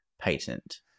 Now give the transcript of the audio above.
patent